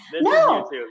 No